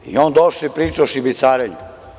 I on došao i priča o šibicarenju.